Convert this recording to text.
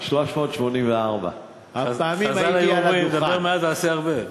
384. חז"ל היו אומרים: דבר מעט ועשה הרבה.